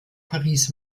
paris